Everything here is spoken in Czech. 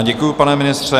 Děkuji, pane ministře.